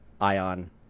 ion